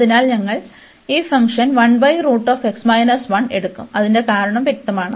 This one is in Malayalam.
അതിനാൽ ഞങ്ങൾ ഈ ഫംഗ്ഷൻ എടുക്കും അതിന്റെ കാരണം വ്യക്തമാണ്